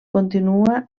continua